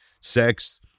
sex